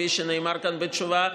כפי שנאמר כאן בתשובה,